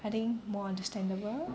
I think more understandable